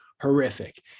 horrific